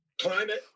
Climate